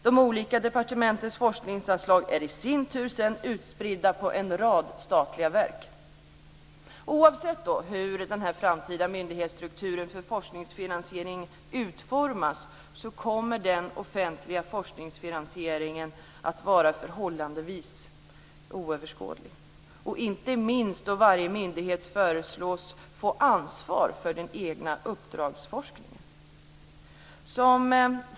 De olika departementens forskningsanslag är sedan i sin tur utspridda på en rad statliga verk. Oavsett hur den framtida myndighetsstrukturen för forskningsfinansiering utformas kommer den offentliga forskningsfinansieringen att vara förhållandevis oöverskådlig, inte minst då varje myndighet föreslås få ansvar för den egna uppdragsforskningen.